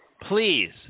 Please